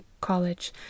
college